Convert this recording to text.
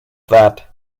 that